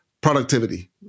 productivity